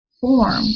form